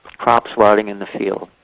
crops rotting in the field,